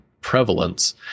prevalence